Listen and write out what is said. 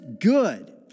good